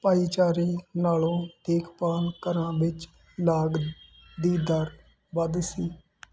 ਭਾਈਚਾਰੇ ਨਾਲੋਂ ਦੇਖਭਾਲ ਘਰਾਂ ਵਿੱਚ ਲਾਗ ਦੀ ਦਰ ਵੱਧ ਸੀ